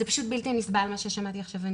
זה פשוט בלתי נסבל ממה ששמעתי עכשיו.